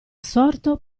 assorto